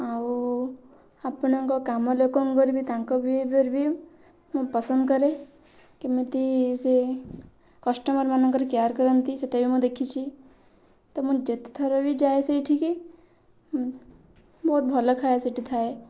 ଆଉ ଆପଣଙ୍କ କାମ ଲୋକଙ୍କର ବି ତାଙ୍କ ବିହେଭିୟର୍ ବି ମୁଁ ପସନ୍ଦ କରେ କେମିତି ସିଏ କଷ୍ଟମର୍ ମାନଙ୍କର କେୟାର୍ କରନ୍ତି ସେଇଟା ବି ମୁଁ ଦେଖିଛି ତ ମୁଁ ଯେତେଥର ବି ଯାଏ ସେଇଠିକି ବହୁତ ଭଲ ଖାଇବା ସେଇଠି ଥାଏ